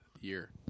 year